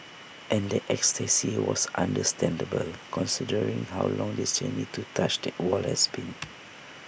and that ecstasy was understandable considering how long this journey to touch that wall has been